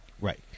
Right